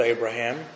Abraham